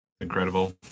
Incredible